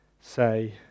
say